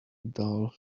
dull